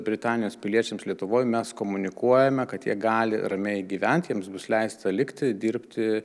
britanijos piliečiams lietuvoj mes komunikuojame kad jie gali ramiai gyventi jiems bus leista likti dirbti